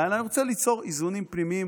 אלא אני רוצה ליצור איזונים פנימיים